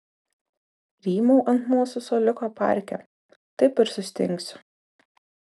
rymau ant mūsų suoliuko parke taip ir sustingsiu